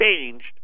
changed